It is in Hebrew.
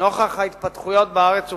נוכח ההתפתחויות בארץ ובעולם.